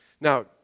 Now